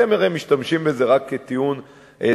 אתם הרי משתמשים בזה רק כטיעון דמגוגי-פוליטי,